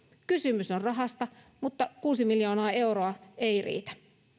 kysymys on rahasta mutta kuusi miljoonaa euroa ei riitä